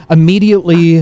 Immediately